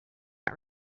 not